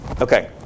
Okay